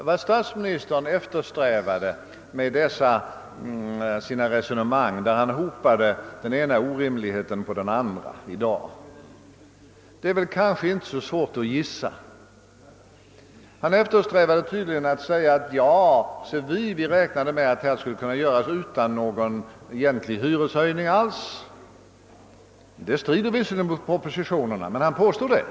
Vad statsministern eftersträvade med dessa sina resonemang, där han hopade den ena orimligheten på den andra, är kanske inte så svårt att gissa. Han ville tydligen säga: Ja, se vi räknade med att avvecklingen skulle kunna genomföras utan någon egentlig hyreshöjning. Det strider visserligen mot vad som föreslås i propositionerna, men statsministern påstod detta.